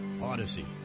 Odyssey